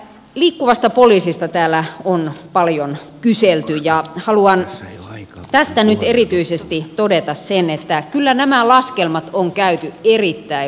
liikkuvasta poliisista täällä on paljon kyselty ja haluan tästä nyt erityisesti todeta sen että kyllä nämä laskelmat on käyty erittäin huolellisesti läpi